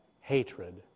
hatred